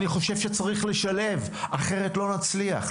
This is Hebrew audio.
אני חושב שצריך לשלב אחרת לא נצליח.